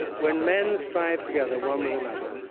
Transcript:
when men strive together one with another,